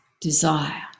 desire